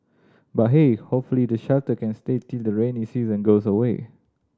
but hey hopefully the shelter can stay till the rainy season goes away